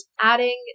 adding